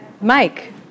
Mike